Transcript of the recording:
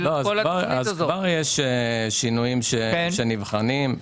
כבר יש שינויים שנבחנים.